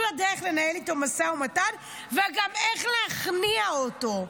הוא יודע לנהל איתו משא ומתן וגם איך להכניע אותו.